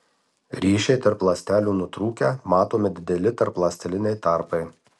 ryšiai tarp ląstelių nutrūkę matomi dideli tarpląsteliniai tarpai